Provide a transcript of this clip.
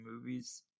movies